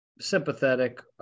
sympathetic